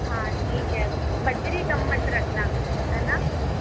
हाँ ठीक है बजरी कम मत रखना है न